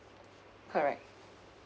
correct